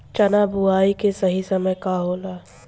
चना बुआई के सही समय का होला?